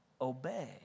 obey